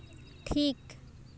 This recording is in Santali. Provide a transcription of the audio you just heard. ᱴᱷᱤᱠ